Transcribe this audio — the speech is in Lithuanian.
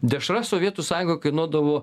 dešra sovietų sąjungoj kainuodavo